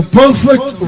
perfect